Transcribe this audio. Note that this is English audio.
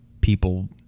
people